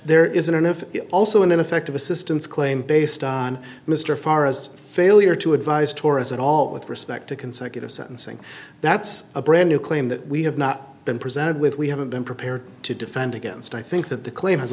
there isn't an if also an ineffective assistance claim based on mr forrest failure to advise torres at all with respect to consecutive sentencing that's a brand new claim that we have not been presented with we haven't been prepared to defend against i think that the claim has